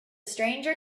stranger